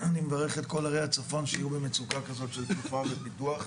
אני מברך את כל ערי הצפון שיהיו במצוקה כזאת של תנופה ופיתוח,